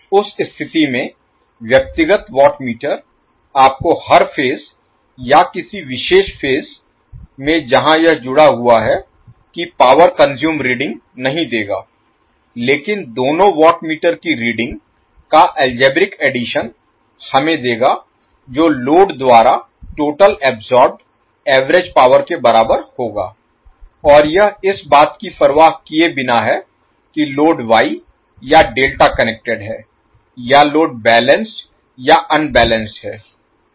उस स्थिति में व्यक्तिगत वाट मीटर आपको हर फेज या किसी विशेष फेज में जहां यह जुड़ा हुआ है की पावर कॉनसूएम रीडिंग नहीं देगा लेकिन दोनों वाट मीटर की रीडिंग का अलजेब्रिक एडिशन हमें देगा जो लोड द्वारा टोटल अब्सोर्बेड एवरेज पावर के बराबर होगा और यह इस बात की परवाह किए बिना है कि लोड वाई या डेल्टा कनेक्टेड है या लोड बैलेंस्ड या अनबैलेंस्ड है